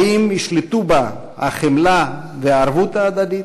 האם ישלטו בה החמלה והערבות ההדדית?